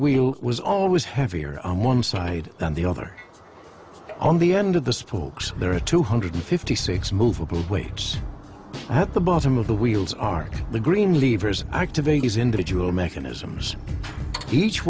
wheel was always heavier on one side than the other on the end of the spokes there are two hundred fifty six movable weights at the bottom of the wheels arc the green leavers activities individual mechanisms each